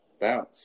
bounce